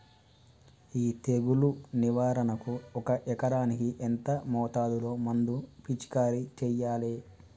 ఈ తెగులు నివారణకు ఒక ఎకరానికి ఎంత మోతాదులో మందు పిచికారీ చెయ్యాలే?